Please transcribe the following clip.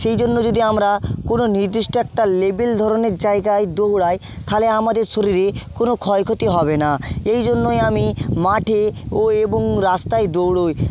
সেই জন্য যদি আমরা কোনও নির্দিষ্ট একটা লেভেল ধরনের জায়গায় দৌড়াই তাহলে আমাদের শরীরে কোনও ক্ষয়ক্ষতি হবে না এই জন্যই আমি মাঠে ও এবং রাস্তায় দৌড়ই